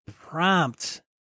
prompt